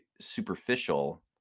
superficial